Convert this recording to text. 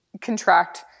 contract